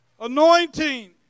Anointing